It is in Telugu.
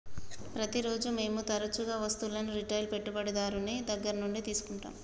ప్రతిరోజు మేము తరచుగా వస్తువులను రిటైల్ పెట్టుబడిదారుని దగ్గర నుండి తీసుకుంటాం